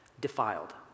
defiled